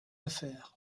affaires